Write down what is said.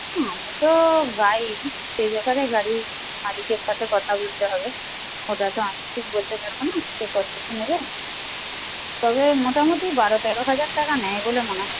না আমি তো যাইই কিন্তু সেই ব্যাপারে গাড়ির মালিকের সাথে কথা বলতে হবে ওটা তো আমি ঠিক বলতে পারব না সে কত কী নেবে তবে মোটামুটি বারো তেরো হাজার টাকা নেয় বলে মনে হয়